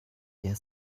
der